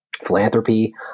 philanthropy